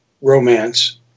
romance